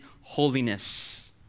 holiness